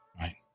right